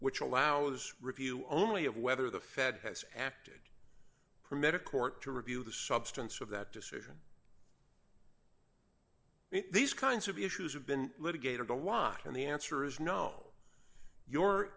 which allow this review only of whether the fed has acted permitted court to review the substance of that decision these kinds of issues have been litigated a lot and the answer is no you